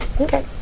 Okay